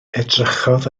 edrychodd